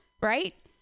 right